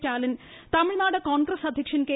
സ്റ്റാലിൻ തമിഴ്നാട് കോൺഗ്രസ് അധ്യക്ഷൻ കെ